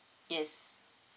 yes